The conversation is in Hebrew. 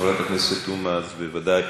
חברת הכנסת תומא, בוודאי.